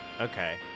Okay